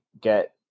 get